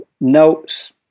notes